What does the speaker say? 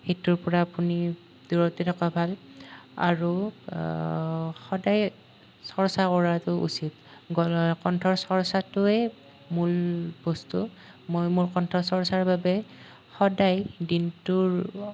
সেইটোৰ পৰা আপুনি দূৰতে থকা ভাল আৰু সদায়ে চৰ্চা কৰাটো উচিত গলৰ কণ্ঠৰ চৰ্চাটোৱেই মূল বস্তু মই মোৰ কণ্ঠ চৰ্চাৰ বাবে সদায় দিনটোৰ